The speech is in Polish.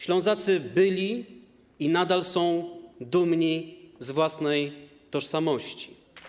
Ślązacy byli i nadal są dumni z własnej tożsamości.